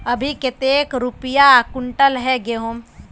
अभी कते रुपया कुंटल है गहुम?